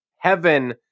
heaven